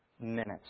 minutes